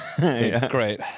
Great